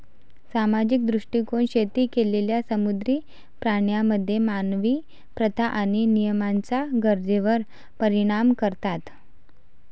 सामाजिक दृष्टीकोन शेती केलेल्या समुद्री प्राण्यांमध्ये मानवी प्रथा आणि नियमांच्या गरजेवर परिणाम करतात